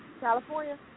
California